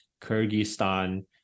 Kyrgyzstan